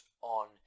on